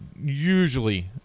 usually